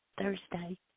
Thursday